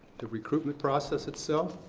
the recruitment process itself.